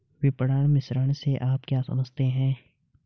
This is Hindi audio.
विपणन मिश्रण से आप क्या समझते हैं?